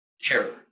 terror